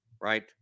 right